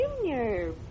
Junior